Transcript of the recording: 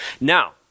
Now